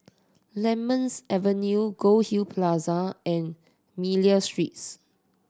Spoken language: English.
Lemons Avenue Goldhill Plaza and Miller Streets